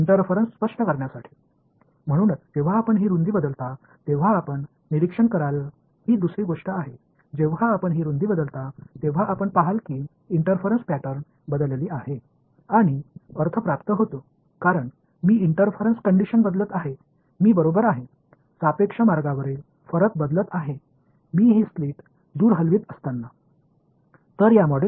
எனவே இந்த அகலத்தை நீங்கள் வேறுபடுத்தும்போது நீங்கள் கவனிக்கும் மற்ற விஷயம் குறுக்கீடு முறை மாறுகிறது என்பதையும் நான் குறுக்கீடு நிலையை மாற்றுவதால் அது அர்த்தமுள்ளதாக இருப்பதையும் நீங்கள் கவனிப்பீர்கள் நான் இந்த பிளவுகளை நகர்த்தும்போது ரிளேடிவ் பாதை வேறுபாடு மாறுகிறது